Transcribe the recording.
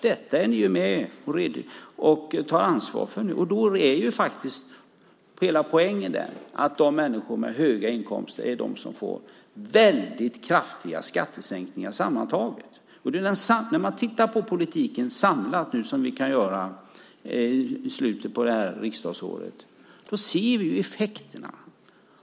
Detta är ni med och tar ansvar för nu. Och då är hela poängen att det är människor med höga inkomster som får väldigt kraftiga skattesänkningar sammantaget. När vi tittar på politiken samlat nu, som vi kan göra i slutet av detta riksdagsår, ser vi effekterna.